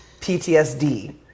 PTSD